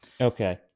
Okay